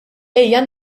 ejja